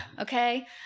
Okay